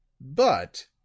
But